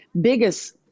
biggest